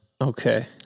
Okay